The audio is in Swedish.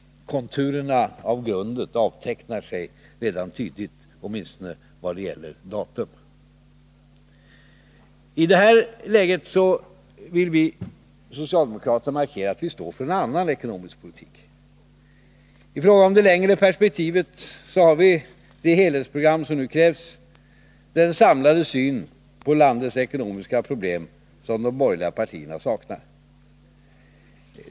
Konturerna av grundet avtecknar sig redan tydligt — åtminstone i vad gäller datum. I detta läge vill vi socialdemokrater markera att vi står för en annan ekonomisk politik. I fråga om det längre perspektivet har vi det helhetsprogram som nu krävs, den samlade syn på landets ekonomiska problem som de borgerliga partierna saknar.